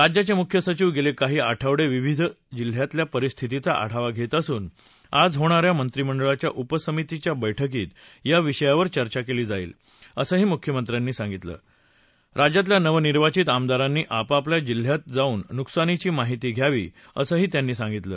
राज्याच मुख्य सचिव गद्विळीही आठवडविविध जिल्ह्यातल्या परिस्थितीचा आढावा घटीअसून आज होणा या मंत्रिमंडळाच्या उपसमितीच्या बैठकीत या विषयावर चर्चा क्ली जाईल असही मृख्यमंत्री म्हणाल िोज्यातल्या नवनिर्वाचित आमदारांनी आपआपल्या जिल्ह्यात जावून नुकसानीची माहिती घ्यावी असंही त्यांनी सांगितलं